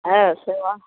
ஆ சொல்லுங்கள்